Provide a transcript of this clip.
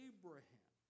Abraham